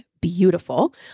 beautiful